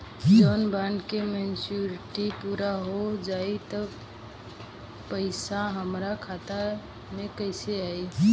जब बॉन्ड के मेचूरिटि पूरा हो जायी त पईसा हमरा खाता मे कैसे आई?